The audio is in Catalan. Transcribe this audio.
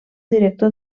director